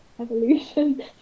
evolution